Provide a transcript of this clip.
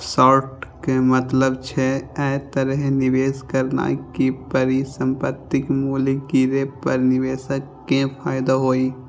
short के मतलब छै, अय तरहे निवेश करनाय कि परिसंपत्तिक मूल्य गिरे पर निवेशक कें फायदा होइ